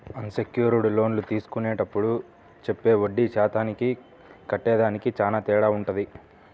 అన్ secured లోన్లు తీసుకునేప్పుడు చెప్పే వడ్డీ శాతానికి కట్టేదానికి చానా తేడా వుంటది